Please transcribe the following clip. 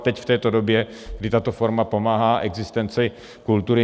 Teď v této době, kdy tato forma pomáhá existenci kultury.